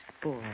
boy